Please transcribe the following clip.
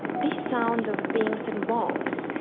these sounds of bings and bongs,